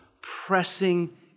pressing